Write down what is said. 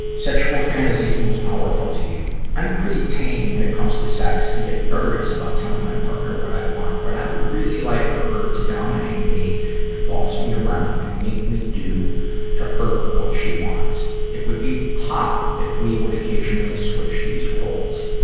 sexual fantasies most powerful to you i'm pretty tame when it comes to sex and get nervous about telling my partner what i want, but would really like for her to dominate me and boss me around and make me do to her what she wants. it would be hot if would occasionally switch these roles.